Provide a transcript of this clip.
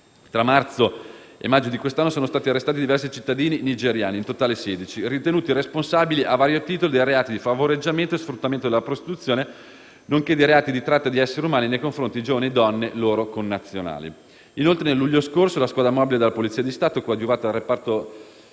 tra marzo e maggio di quest'anno, sono stati arrestati diversi cittadini nigeriani (in totale 16) ritenuti responsabili, a vario titolo, dei reati di favoreggiamento e sfruttamento della prostituzione nonché di reati di tratta di essere umani nei confronti di giovani donne loro connazionali. Inoltre, nel luglio scorso, la squadra mobile della Polizia di Stato, coadiuvata da personale